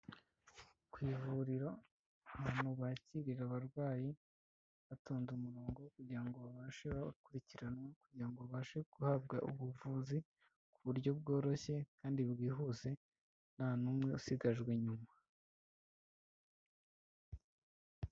Ku ivuriro ahantu bakirira abarwayi batonda umurongo kugira ngo babashe gukurikiranwa, kugira ngo babashe guhabwa ubuvuzi ku buryo bworoshye kandi bwihuse nta n'umwe usigajwe inyuma.